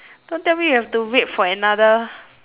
don't tell me we have to wait for another